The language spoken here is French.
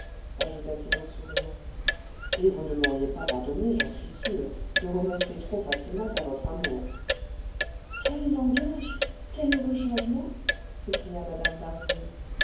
ajouta-t-il en souriant et vous ne m'auriez pas pardonné j'en suis sûr de renoncer trop facilement à votre amour quel langage quel heureux changement s'écria mme